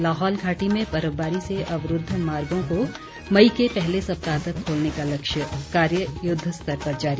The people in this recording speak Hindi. लाहौल घाटी में बर्फबारी से अवरूद्व मार्गों को मई के पहले सप्ताह तक खोलने का लक्ष्य कार्य युद्धस्तर पर जारी